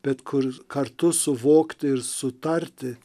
bet kur kartu suvokti ir sutarti